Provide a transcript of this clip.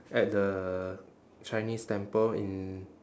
at the chinese temple in